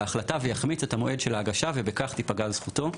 ההחלטה ויחמיץ את המועד של ההגשה ובכך תיפגע זכותו.